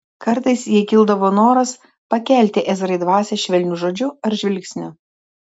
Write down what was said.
kartais jai kildavo noras pakelti ezrai dvasią švelniu žodžiu ar žvilgsniu